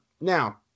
Now